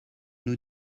nous